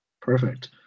Perfect